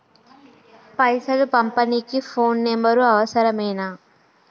పైసలు పంపనీకి phone number అవసరమేనా?